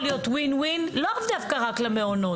להיות win win לא רק דווקא למעונות,